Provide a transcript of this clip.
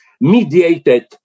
mediated